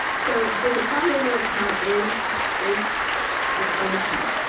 so so the calable account is is its own account.